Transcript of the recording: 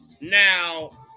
Now